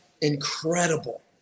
Incredible